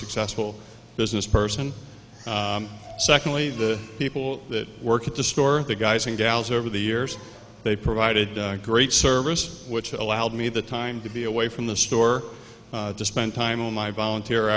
successful business person secondly the people that work at the store the guys and gals over the years they provided a great service which allowed me the time to be away from the store to spend time on my volunteer